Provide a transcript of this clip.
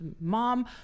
mom